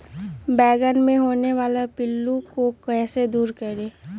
बैंगन मे होने वाले पिल्लू को कैसे दूर करें?